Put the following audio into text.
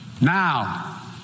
Now